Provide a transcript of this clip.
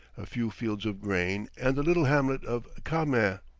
a few fields of grain, and the little hamlet of kahmeh.